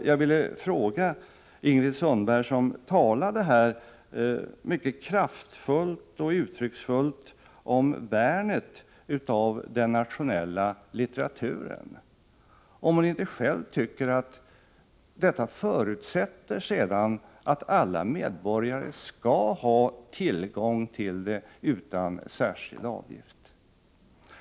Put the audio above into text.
Jag vill fråga Ingrid Sundberg, som här talade mycket kraftfullt och uttrycksfullt om värnet av den nationella litteraturen, om hon inte själv tycker att detta förutsätter att alla medborgare skall ha tillgång till denna utan särskild avgift.